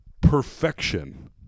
perfection